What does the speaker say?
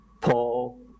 Paul